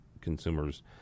consumers